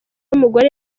w’umugore